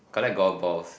collect golf balls